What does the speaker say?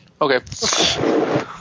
Okay